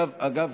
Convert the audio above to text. אגב,